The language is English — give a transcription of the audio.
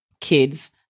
kids